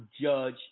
judge